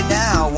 now